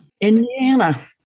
Indiana